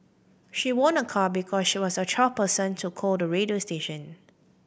she won a car because she was a twelfth person to call the radio station